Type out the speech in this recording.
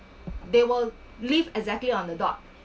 they will leave exactly on the dot